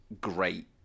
great